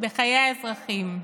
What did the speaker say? בחיי האזרחים.